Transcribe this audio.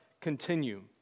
continue